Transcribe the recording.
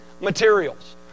materials